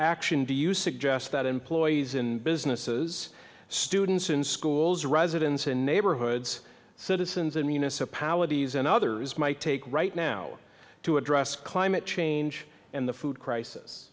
action do you suggest that employees and businesses students in schools residents and neighborhoods citizens and municipalities and others might take right now to address climate change and the food crisis